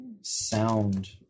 sound